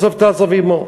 עזוב תעזוב עמו.